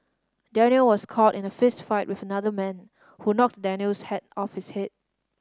Daniel was caught in a fistfight with another man who knocked Daniel's hat off his head